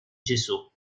gesù